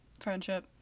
friendship